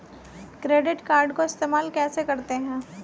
Credit card को इस्तेमाल कैसे करते हैं?